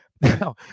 now